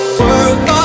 work